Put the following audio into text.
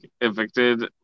evicted